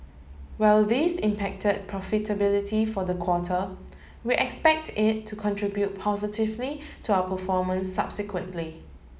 while this impacted profitability for the quarter we expect it to contribute positively to our performance subsequently